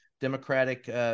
Democratic